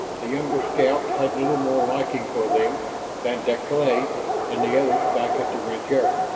the younger scout had little more liking for them than deklay and the others back at the rancheria.